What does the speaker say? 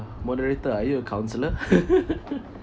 moderator are you a counsellor